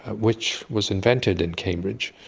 which was invented in cambridge,